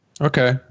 Okay